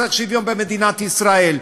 צריך שוויון במדינת ישראל.